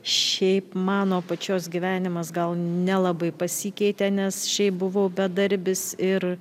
šiaip mano pačios gyvenimas gal nelabai pasikeitė nes šiaip buvau bedarbis ir